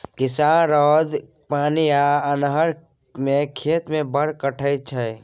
किसान रौद, पानि आ अन्हर मे खेत मे बड़ खटय छै